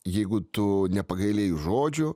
jeigu tu nepagailėjai žodžių